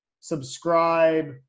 subscribe